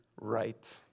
right